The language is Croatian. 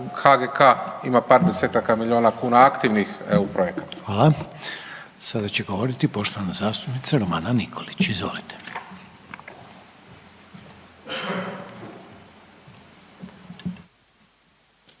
HGK ima par desetaka miliona kuna aktivnih EU projekata. **Reiner, Željko (HDZ)** Hvala. Sada će govoriti poštovana zastupnica Romana Nikolić. Izvolite.